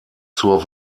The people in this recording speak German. zur